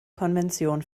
konvention